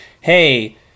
hey